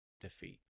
defeat